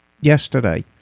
yesterday